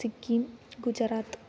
Sikkim Gujarat